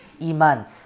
iman